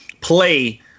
play